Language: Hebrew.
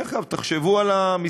דרך אגב, תחשבו על המספרים.